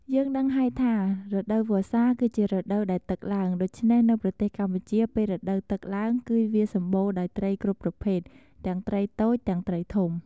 យើងដឹងហើយថា រដូវវស្សាគឺជារដូវដែលទឹកឡើង ដូច្នេះនៅប្រទេសកម្ពុជាពេលរដូវទឹកឡើង គឺវាសម្បូរដោយត្រីគ្រប់ប្រភេទ ទាំងត្រីតូច ទាំងត្រីធំ។